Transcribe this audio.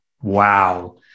wow